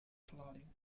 flooding